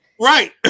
Right